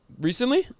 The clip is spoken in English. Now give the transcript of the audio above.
Recently